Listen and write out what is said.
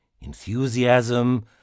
enthusiasm